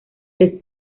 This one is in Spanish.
test